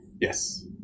Yes